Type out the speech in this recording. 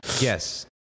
yes